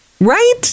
Right